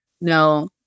no